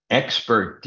expert